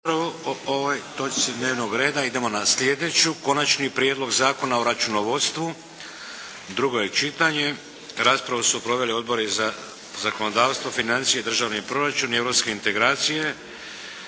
**Šeks, Vladimir (HDZ)** Idemo na sljedeću - Konačni prijedlog zakona o računovodstvu, drugo čitanje, P.Z.E. br. 736. Raspravu su proveli Odbor za zakonodavstvo financije i državni proračun i Europske integracije.